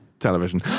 television